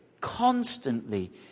constantly